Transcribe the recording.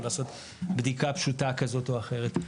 לעשות בדיקה פשוטה כזאת או אחרת.